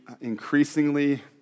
increasingly